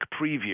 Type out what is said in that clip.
preview